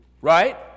Right